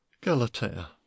Galatea